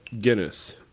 Guinness